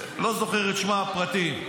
לא זוכר את שמה הפרטי.